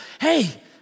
hey